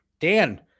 Dan